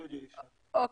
אוקיי,